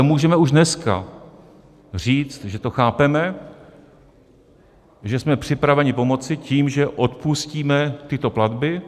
Můžeme ale už dneska říct, že to chápeme, že jsme připraveni pomoci tím, že odpustíme tyto platby.